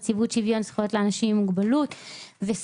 נציבות שוויון זכויות לאנשים עם מוגבלות וסוללה